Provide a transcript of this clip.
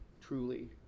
Truly